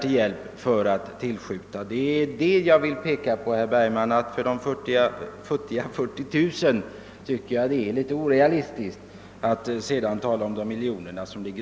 Med hänsyn till de miljoner som ligger oanvända är det, tycker jag, litet orealistiskt att motsätta sig dessa futtiga 40 000 kronor.